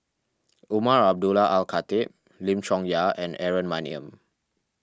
Umar Abdullah Al Khatib Lim Chong Yah and Aaron Maniam